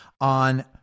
on